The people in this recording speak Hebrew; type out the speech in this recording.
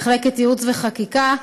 מחלקת ייעוץ וחקיקה.